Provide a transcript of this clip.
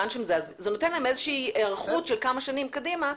זה נותן להם היערכות של כמה שנים קדימה,